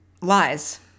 lies